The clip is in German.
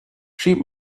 schieb